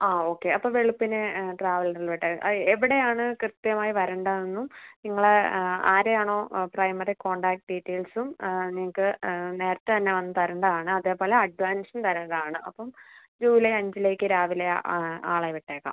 ആ ഓക്കെ അപ്പം വെളുപ്പിനേ ട്രാവലറിൽ വിട്ട് ആ എവിടെയാണ് കൃത്യമായി വരേണ്ടതെന്നും നിങ്ങളെ ആരെയാണോ പ്രൈമറി കോണ്ടാക്റ്റ് ഡീറ്റെയിൽസും നിങ്ങൾക്ക് നേരത്തെ തന്നെ വന്ന് തരേണ്ടതാണ് അതേപോലെ അഡ്വാൻസും തരേണ്ടതാണ് അപ്പം ജൂലൈ അഞ്ചിലേക്ക് രാവിലെ ആളെ വിട്ടേക്കാം